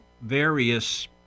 various